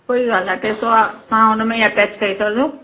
कोई ॻाल्हि न आहे पेसो हा तव्हां हुनमें ई अटैच करे छॾिजो